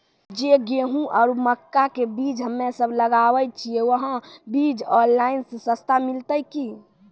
जे गेहूँ आरु मक्का के बीज हमे सब लगावे छिये वहा बीज ऑनलाइन मे सस्ता मिलते की?